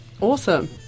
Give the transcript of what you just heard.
awesome